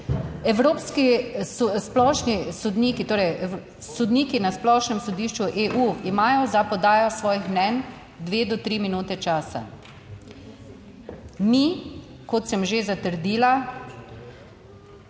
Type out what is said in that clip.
Evropski splošni sodniki, torej sodniki na splošnem sodišču EU, imajo za podajo svojih mnenj 2 do 3 minute časa. Mi, kot sem že zatrdila,